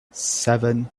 seven